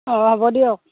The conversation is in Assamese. অ হ'ব দিয়ক